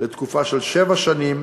לתקופה של שבע שנים